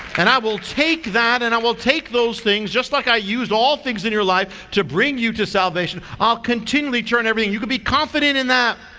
and i will take that and i will take those things just like i used all things in your life to bring you to salvation. i'll continually turn everything. you could be confident in that.